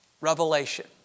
Revelation